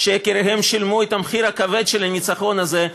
שיקיריהן שילמו את המחיר הכבד של הניצחון הזה,